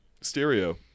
stereo